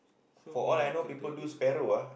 so what cannot do anything to him